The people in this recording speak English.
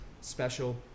special